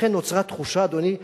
ולכן נוצרה תחושה, אדוני היושב-ראש,